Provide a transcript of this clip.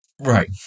right